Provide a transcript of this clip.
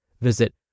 Visit